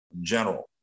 general